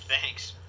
Thanks